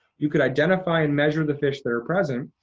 you could identify and measure the fish that are present,